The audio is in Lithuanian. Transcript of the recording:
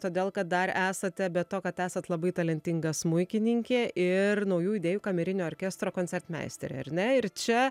todėl kad dar esate be to kad esat labai talentinga smuikininkė ir naujų idėjų kamerinio orkestro koncertmeisterė ar ne ir čia